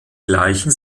gleichen